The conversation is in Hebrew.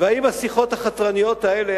והאם השיחות החתרניות האלה,